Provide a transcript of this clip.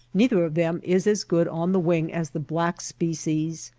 neither of them is as good on the wing as the black species,